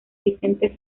vicente